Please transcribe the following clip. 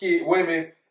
women